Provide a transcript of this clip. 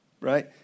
Right